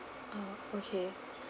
oh okay